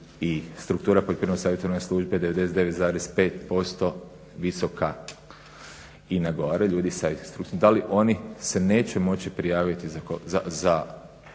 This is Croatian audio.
i struktura Poljoprivredno-savjetodavne službe je 99,5% visoka i na gore. Da li oni se neće moći prijaviti za